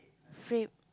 frappe